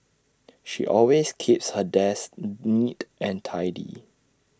she always keeps her desk neat and tidy